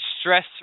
stress